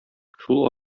шул